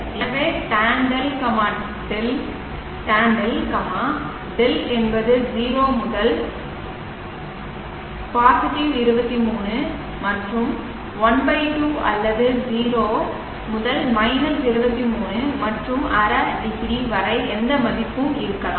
எனவே tan δ δ என்பது 0 முதல் 23 மற்றும் 12 அல்லது 0 முதல் 23 மற்றும் ½ டிகிரி வரை எந்த மதிப்பும் இருக்கலாம்